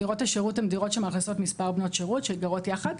דירות השירות הן דירות שמאכלסות מספר בנות שירות שגרות יחד,